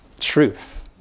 truth